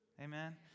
Amen